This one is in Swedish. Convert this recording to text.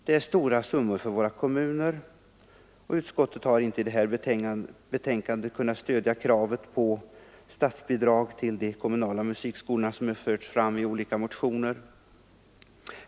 Det är stora summor för våra kommuner, men utskottet har inte i det här betänkandet kunnat stödja kravet på statsbidrag till de kommunala musikskolorna, vilket har förts fram i olika motioner.